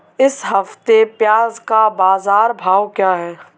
इस हफ्ते प्याज़ का बाज़ार भाव क्या है?